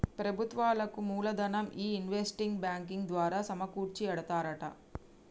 ప్రభుత్వాలకు మూలదనం ఈ ఇన్వెస్ట్మెంట్ బ్యాంకింగ్ ద్వారా సమకూర్చి ఎడతారట